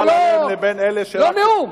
אבל לא נאום.